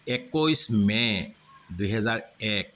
একৈছ মে দুহেজাৰ এক